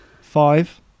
Five